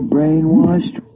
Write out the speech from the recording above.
Brainwashed